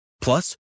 Plus